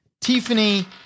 Tiffany